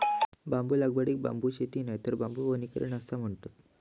बांबू लागवडीक बांबू शेती नायतर बांबू वनीकरण असाय म्हणतत